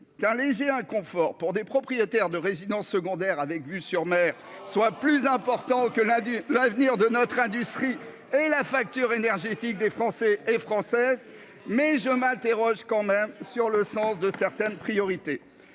qu'un léger inconfort pour des propriétaires de résidences secondaires, avec vue sur mer soit plus important que l'a dit, l'avenir de notre industrie et la facture énergétique des Français et Françaises mais je m'interroge quand même sur le sens de certaines priorités